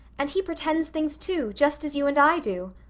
and he pretends things too, just as you and i do.